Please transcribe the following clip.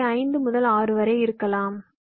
எனவே 5 முதல் 6 வரை இருக்கலாம்